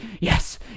yes